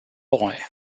boy